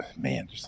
Man